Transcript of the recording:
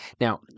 Now